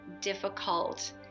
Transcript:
difficult